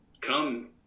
come